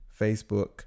Facebook